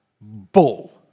bull